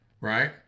Right